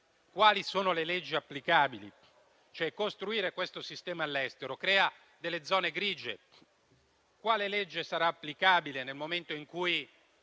quali sono le leggi applicabili, perché costruire questo sistema all'estero crea delle zone grigie. Quindi quale legge sarà applicabile nel momento in cui